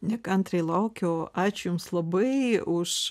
nekantriai laukiau ačiū jums labai už